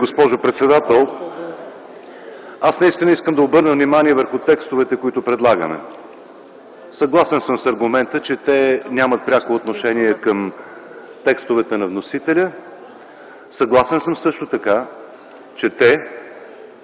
госпожо председател. Аз наистина искам да обърна внимание върху текстовете, които предлагаме. Съгласен съм с аргумента, че те нямат пряко отношение към текстовете на вносителя. Съгласен съм също така, че те